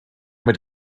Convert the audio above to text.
mit